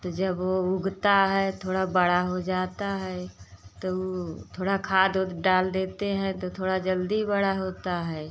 तो जब वो उगता है थोड़ा बड़ा हो जाता है तो वो थोड़ा खाद ओद डाल देते हैं तो थोड़ा जल्दी बड़ा होता है